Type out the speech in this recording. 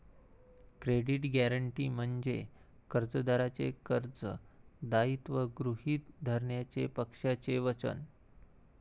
credit guarantee म्हणजे कर्जदाराचे कर्ज दायित्व गृहीत धरण्याचे पक्षाचे वचन